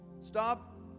Stop